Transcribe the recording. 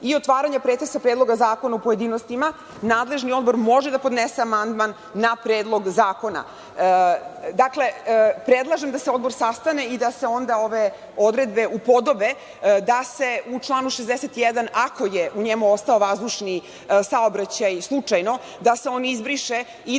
i otvaranja pretresa Predloga zakona u pojedinostima, nadležni odbor može da podnese amandman na Predlog zakona. Dakle, predlažem da se odbor sastane i da se onda ove odredbe upodobe, da se u članu 61, ako je u njemu ostao vazdušni saobraćaj slučajno, da se on izbriše i